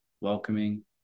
welcoming